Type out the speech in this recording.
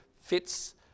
fits